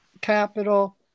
capital